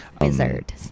Wizard